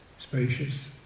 spacious